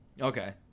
okay